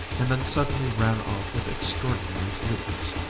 and then suddenly ran off with extraordinary fleetness.